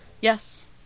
Yes